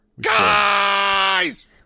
Guys